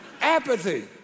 Apathy